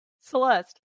Celeste